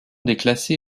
déclassé